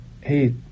Hey